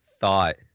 thought